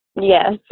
Yes